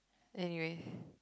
anyways